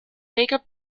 regel